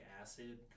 acid